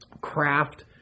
craft